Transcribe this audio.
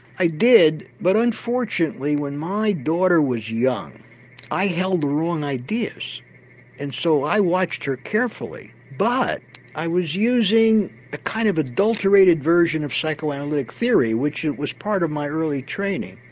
i did but unfortunately when my daughter was young i held the wrong ideas and so i watched her carefully but i was using a kind of adulterated version of psychoanalytic theory which was part of my early training.